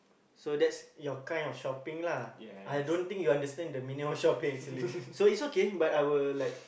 so that's your kind of shopping lah I don't think you understand the meaning of shopping actually so it's okay but I will like